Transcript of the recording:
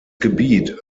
gebiet